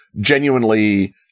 genuinely